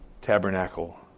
tabernacle